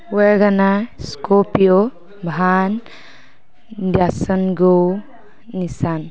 ৱেগানা স্কোপিঅ' ভান নিচান